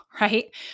right